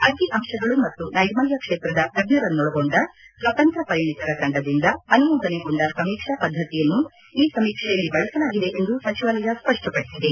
ಅಂಕಿ ಅಂಶಗಳು ಮತ್ತು ನೈರ್ಮಲ್ಹ ಕ್ಷೇತ್ರದ ತಜ್ಞರನ್ನೊಳಗೊಂಡ ಸ್ವತಂತ್ರ ಪರಿಣಿತರ ತಂಡದಿಂದ ಅನುಮೋದನೆಗೊಂಡ ಸಮೀಕ್ಷಾ ಪದ್ದತಿಯನ್ನು ಈ ಸಮೀಕ್ಷೆಯಲ್ಲಿ ಬಳಸಲಾಗಿದೆ ಎಂದು ಸಚಿವಾಲಯ ಸ್ಪಷ್ಷಪಡಿಸಿದೆ